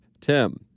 Tim